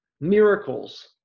miracles